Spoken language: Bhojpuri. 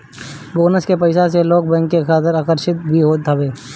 बोनस के पईसा से लोग बैंक के तरफ आकर्षित भी होत हवे